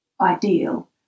ideal